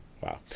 Wow